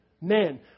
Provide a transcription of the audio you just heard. men